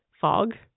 fog